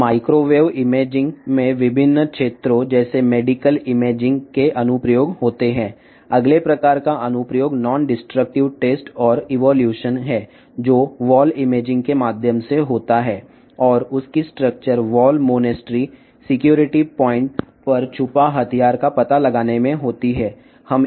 microwave imaging medical imaging వంటి వివిధ రంగాలలో అనువర్తనాలను కలిగి ఉంది వాల్ ఇమేజింగ్ ద్వారా నాన్ డిస్ట్రక్టివ్ పరీక్ష మరియు మూల్యాంకనం మరియు నిర్మాణం గోడ మానిటరీ భద్రతా పాయింట్ల వద్ద దాచిన ఆయుధ గుర్తింపు